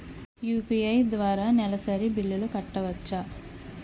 UPI ద్వారా నెలసరి బిల్లులు కట్టవచ్చా?